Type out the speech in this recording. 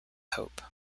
hope